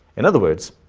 in other words,